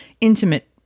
intimate